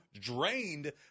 drained